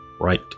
right